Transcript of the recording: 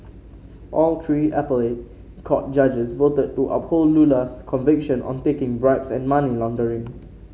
all three appellate court judges voted to uphold Lula's conviction on taking bribes and money laundering